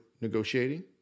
negotiating